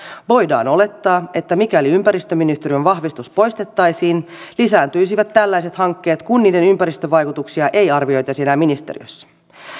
voidaan olettaa että mikäli ympäristöministeriön vahvistus poistettaisiin lisääntyisivät tällaiset hankkeet kun niiden ympäristövaikutuksia ei arvioitaisi enää ministeriössä